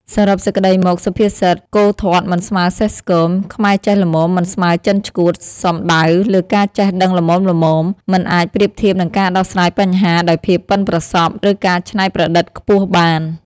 សរុបសេចក្ដីមក សុភាសិត "គោធាត់មិនស្មើសេះស្គម ខ្មែរចេះល្មមមិនស្មើចិនឆ្កួត" សំដៅលើការចេះដឹងល្មមៗ មិនអាចប្រៀបធៀបនឹងការដោះស្រាយបញ្ហាដោយភាពប៉ិនប្រសប់ ឬការច្នៃប្រឌិតខ្ពស់បាន។